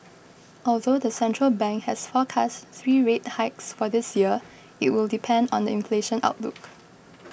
although the central bank has forecast three rate hikes for this year it will depend on the inflation outlook